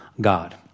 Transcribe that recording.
God